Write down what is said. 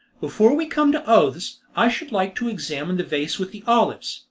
before we come to oaths, i should like to examine the vase with the olives.